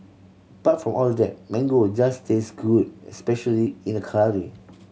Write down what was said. apart from all that mango just tastes good especially in a curry